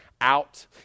out